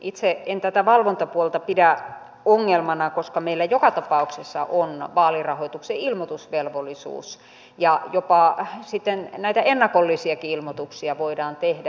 itse en tätä valvontapuolta pidä ongelmana koska meillä joka tapauksessa on vaalirahoituksen ilmoitusvelvollisuus ja jopa näitä ennakollisiakin ilmoituksia voidaan tehdä